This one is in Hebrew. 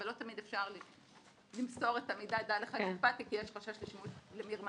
ולא תמיד אפשר למסור את המידע דע לך --- כי יש חשש לשימוש במרמה.